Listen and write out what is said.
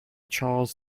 charles